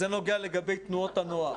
שנוגע לגבי תנועות הנוער.